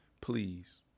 Please